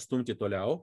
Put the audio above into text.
stumti toliau